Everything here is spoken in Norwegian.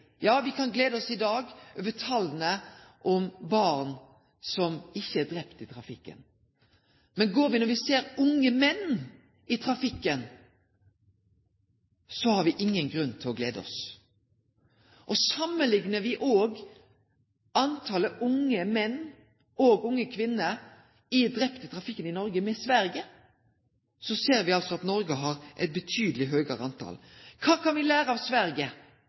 kan i dag glede oss over at ingen barn omkom i trafikken i fjor. Men ser me på talet på unge menn som blir drepne i trafikken, så har me ingen grunn til å glede oss. Samanliknar me talet på unge menn og unge kvinner som er drepne i trafikken i Noreg, med talet i Sverige, ser me at Noreg har eit betydeleg høgare tal. Kva kan me lære av Sverige